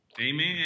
Amen